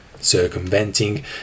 circumventing